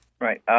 Right